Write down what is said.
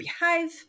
behave